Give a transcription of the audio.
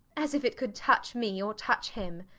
as if it could touch me, or touch him!